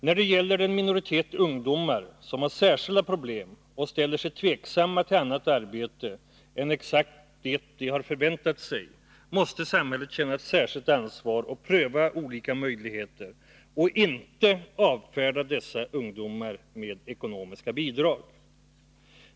När det gäller den minoritet ungdomar som har särskilda problem och ställer sig tveksamma till annat arbete än exakt det som de har förväntat sig, måste samhället känna ett särskilt ansvar att pröva olika möjligheter och inte avfärda dessa ungdomar med ekonomiska bidrag.